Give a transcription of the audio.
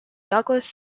douglas